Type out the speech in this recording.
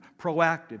Proactive